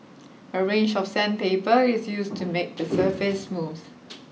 a range of sandpaper is used to make the surface smooth